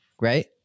right